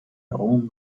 own